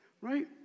Right